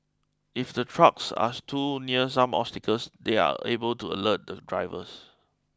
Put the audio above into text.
if the trucks are too near some obstacles they are able to alert the drivers